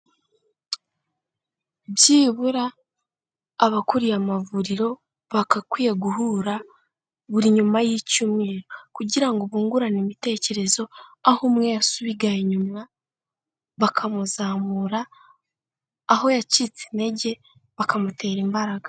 Byibura abakuriye amavuriro bagakwiye guhura buri nyuma y'icyumweru kugira bungurane ibitekerezo, aho umwe yasubiye inyuma bakamuzamura, aho yacitse intege bakamutera imbaraga.